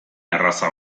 erraza